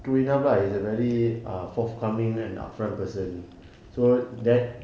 true enough lah he is a very uh forthcoming and upfront person so that